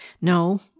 No